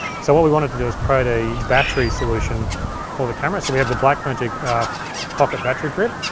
so what we wanted to do is create a battery solution for the camera, so we have the blackmagic pocket battery grip.